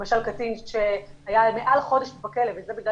למשל קטין שהיה מעל חודש בכלא וזה בגלל